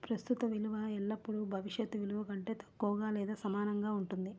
ప్రస్తుత విలువ ఎల్లప్పుడూ భవిష్యత్ విలువ కంటే తక్కువగా లేదా సమానంగా ఉంటుంది